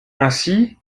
ainsi